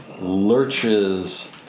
lurches